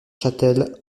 chatel